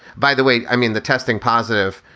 by the way, i mean, the testing positive.